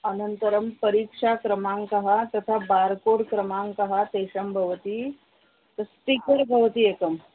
अनन्तरं परीक्षाक्रमाङ्कः तत्र बारकोड् क्रमाङ्कः तेषां भवति तत् स्टीकर् भवति एकम्